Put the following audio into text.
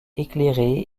éclairée